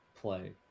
play